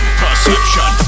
perception